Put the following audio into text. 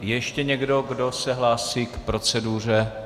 Je ještě někdo, kdo se hlásí k proceduře?